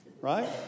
right